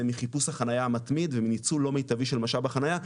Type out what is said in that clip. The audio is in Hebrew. מחיפוש החניה המתמיד ומניצול לא מיטבי של משאב החניה,